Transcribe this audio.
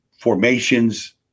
Formations